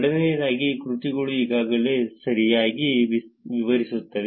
ಎರಡನೆಯದಾಗಿ ಕೃತಿಗಳು ಈಗಾಗಲೇ ಸರಿಯಾಗಿ ವಿವರಿಸುತ್ತವೆ